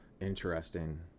interesting